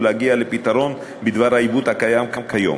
ולהגיע לפתרון בדבר העיוות הקיים כיום.